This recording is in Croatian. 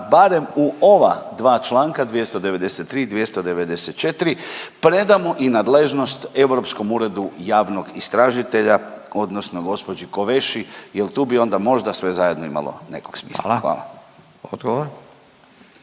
barem u ova dva članka 293., 294., predamo i nadležnost Europskom uredu javnog istražitelja odnosno gospođi Koveši, jel tu bi onda možda sve zajedno imalo nekog smisla. Hvala. **Radin,